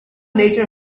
nature